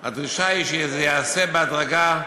הדרישה היא שזה ייעשה בהדרגה,